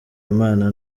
imana